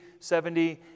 70